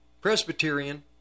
Presbyterian